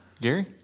Gary